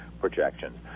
projections